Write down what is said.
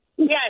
Yes